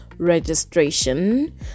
registration